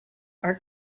are